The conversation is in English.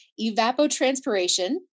evapotranspiration